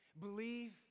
Believe